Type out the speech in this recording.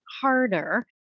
harder